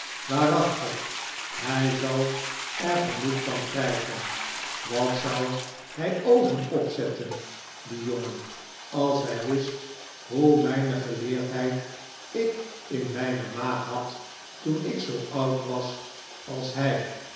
waarachtig hij zal er genoeg van krijgen wat zou hij oogen opzetten die jongen als hij wist hoe weinig geleerdheid ik in mijne maag had toen ik zoo oud was als hij